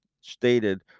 stated